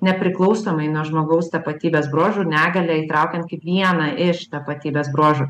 nepriklausomai nuo žmogaus tapatybės bruožų negalią įtraukiant kaip vieną iš tapatybės bruožų